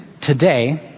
today